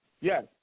Yes